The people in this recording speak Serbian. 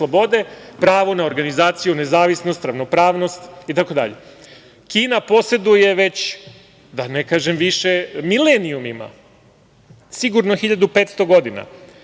pravo na organizaciju, nezavisnost, ravnopravnost i tako dalje. Kina poseduje već da ne kažem više milenijuma, sigurno 1500 godina,